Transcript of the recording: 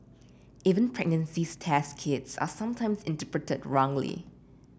even pregnancy test kits are sometimes interpreted wrongly